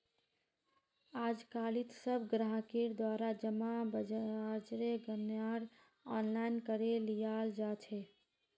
आजकालित सब ग्राहकेर द्वारा जमा ब्याजेर गणनार आनलाइन करे लियाल जा छेक